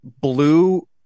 blue